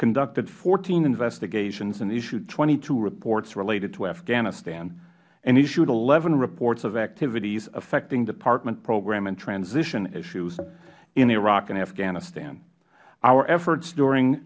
conducted fourteen investigations and issued twenty two reports related to afghanistan and issued eleven reports of activities affecting department program and transition issues in iraq and afghanistan our efforts during